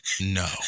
no